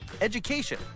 education